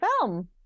film